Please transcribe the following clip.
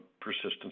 persistence